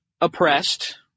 oppressed